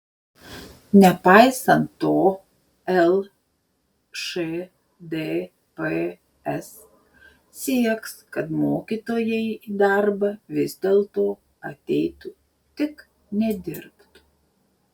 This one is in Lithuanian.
nepaisant to lšdps sieks kad mokytojai į darbą vis dėlto ateitų tik nedirbtų